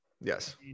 Yes